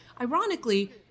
ironically